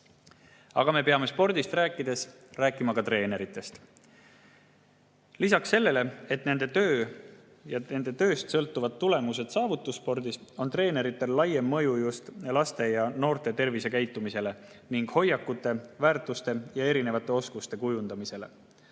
harrastajaid. Spordist rääkides peame rääkima ka treeneritest. Lisaks sellele, et nende tööst sõltuvad tulemused saavutusspordis, on treeneritel laiem mõju just laste ja noorte tervisekäitumisele ning nende hoiakute, väärtuste ja oskuste kujundamisele.